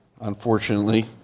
unfortunately